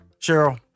Cheryl